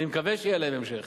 אני מקווה שיהיה להם המשך,